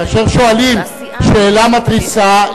כאשר שואלים שאלה מתריסה,